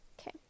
Okay